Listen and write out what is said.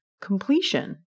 completion